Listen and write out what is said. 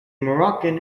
moroccan